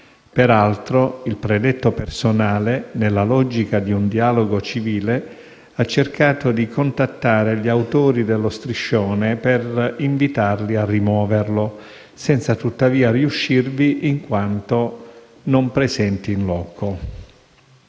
Peraltro, il predetto personale, nella logica di un dialogo civile, ha cercato di contattare gli autori dello striscione per invitarli a rimuoverlo, senza tuttavia riuscirvi, in quanto non erano presenti *in loco*.